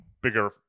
bigger